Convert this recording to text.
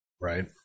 right